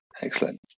excellent